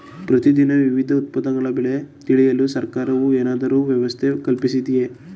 ಪ್ರತಿ ದಿನ ವಿವಿಧ ಉತ್ಪನ್ನಗಳ ಬೆಲೆ ತಿಳಿಯಲು ಸರ್ಕಾರವು ಏನಾದರೂ ವ್ಯವಸ್ಥೆ ಕಲ್ಪಿಸಿದೆಯೇ?